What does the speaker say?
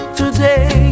today